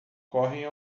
correm